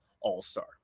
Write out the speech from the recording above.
All-Star